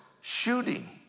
shooting